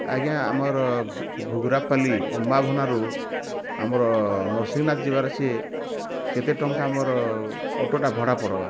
ଆଜ୍ଞା ଆମର୍ ଘୁଗୁରାପାଲି ଅମ୍ବାଭନାରୁ ଆମର ନର୍ସିଂହନାଥ୍ ଯିବାର୍ ଅଛି କେତେ ଟଙ୍କା ଆମର୍ ଅଟୋଟା ଭଡ଼ା ପଡ଼୍ବା